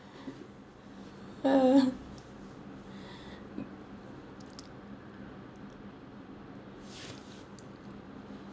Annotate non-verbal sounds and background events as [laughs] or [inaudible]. [laughs]